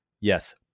yes